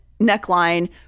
neckline